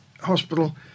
Hospital